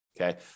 okay